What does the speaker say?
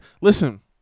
listen